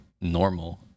normal